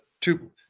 Two